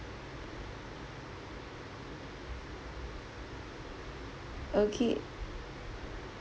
okay